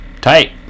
Tight